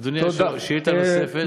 אדוני היושב-ראש, שאילתה נוספת?